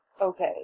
okay